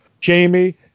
Jamie